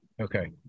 okay